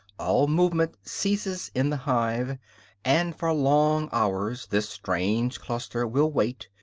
all movement ceases in the hive and for long hours this strange cluster will wait,